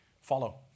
Follow